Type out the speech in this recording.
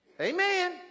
Amen